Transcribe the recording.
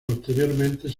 posteriormente